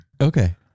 okay